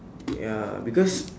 ya because